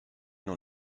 dans